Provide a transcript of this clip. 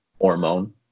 hormone